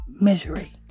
misery